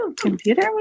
computer